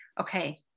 okay